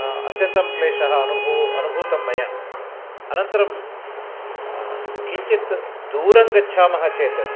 अत्यन्तं क्लेषः अनुभू अनुभूतं मया अनन्तरं किञ्चित् दूरं गच्छामः चेत्